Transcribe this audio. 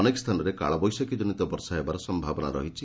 ଅନେକ ସ୍ଥାନରେ କାଳବୈଶାଖୀଜନିତ ବର୍ଷା ହେବାର ସ୍ୟାବନା ରହିଛି